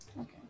Okay